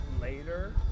later